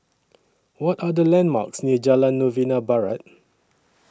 What Are The landmarks near Jalan Novena Barat